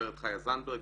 הגברת חיה זנדברג,